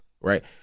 right